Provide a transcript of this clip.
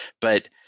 but-